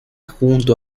junto